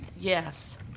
Yes